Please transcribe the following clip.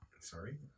Sorry